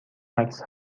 عکس